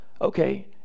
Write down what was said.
okay